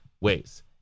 ways